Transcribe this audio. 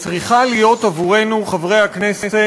שמגיעה אלינו צריכה להיות עבורנו, חברי הכנסת